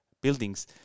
buildings